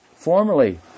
Formerly